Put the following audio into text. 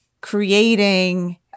creating